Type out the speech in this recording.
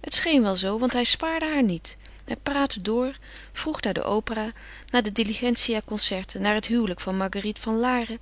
het scheen wel zoo want hij spaarde haar niet hij praatte door vroeg naar de opera naar de diligentia concerten naar het huwelijk van marguerite van laren